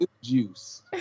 juice